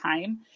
time